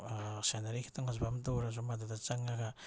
scenery ꯈꯤꯇꯪ ꯐꯖꯕ ꯑꯝꯇ ꯎꯔꯁꯨ ꯃꯗꯨꯗ ꯆꯪꯉꯒ